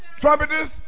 trumpeters